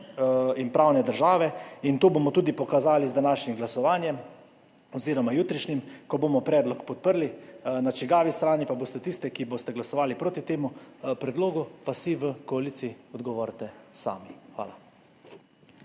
in pravne države in to bomo tudi pokazali z današnjim glasovanjem oziroma jutrišnjim, ko bomo predlog podprli. Na čigavi strani boste tiste, ki boste glasovali proti temu predlogu, pa si v koaliciji odgovorite sami. Hvala.